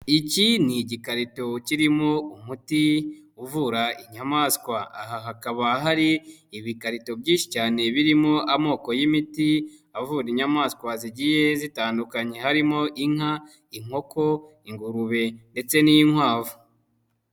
Iki ni igikarito kirimo umuti uvura inyamaswa, aha hakaba hari ibikarito byinshi cyane birimo amoko y'imiti avura inyamaswa zigiye zitandukanye harimo inka, inkoko, ingurube ndetse n'inkwavu.